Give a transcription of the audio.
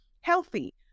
healthy